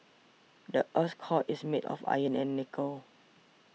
the earth's core is made of iron and nickel